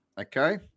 okay